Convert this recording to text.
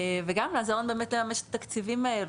וגם לעזור לנו באמת לממש את התקציבים האלה,